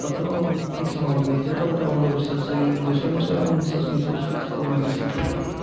ମାତ୍ର କିଛି ହଉନାହିଁ ସେଇଟା ଗୋଟେ ଅନ୍ଧବିଶ୍ୱାସ ଗୋଷାଇ ମୋସାଇ ଆମେ ବିଶ୍ୱାସ ମିଶ୍ୱାସ କିଛି କରୁନାହିଁ ସେମାନଙ୍କୁ ପଡ଼େ